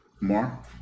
More